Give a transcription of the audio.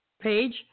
page